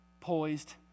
poised